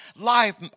life